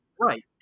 right